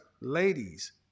Ladies